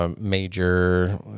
Major